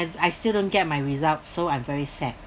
I still don't get my results so I'm very sad